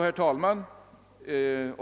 Herr talman!